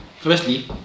Firstly